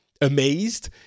amazed